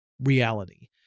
reality